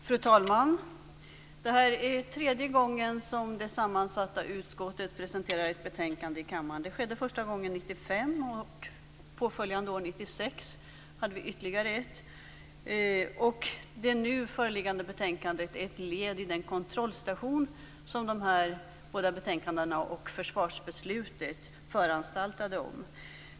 Fru talman! Det här är tredje gången som det sammansatta utskottet presenterar ett betänkande i kammaren. Det skedde första gången 1995, och påföljande år 1996 hade vi ytterligare ett betänkande. Det nu föreliggande betänkandet är ett led i den kontrollstation som de här båda betänkandena och försvarsbeslutet föranstaltade om.